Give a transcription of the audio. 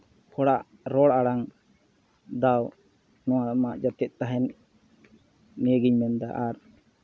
ᱦᱚᱲᱟᱜ ᱨᱚᱲ ᱟᱲᱟᱝ ᱫᱟᱣ ᱱᱚᱣᱟ ᱟᱢᱟᱜ ᱡᱮᱛᱮᱫ ᱛᱟᱦᱮᱱ ᱱᱤᱭᱟᱹ ᱜᱮᱧ ᱢᱮᱱ ᱮᱫᱟ ᱟᱨ